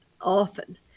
often